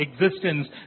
existence